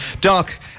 Doc